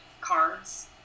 cards